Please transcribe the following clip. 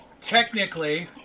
technically